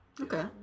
Okay